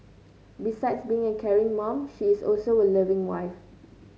besides being a caring mom she is also a loving wife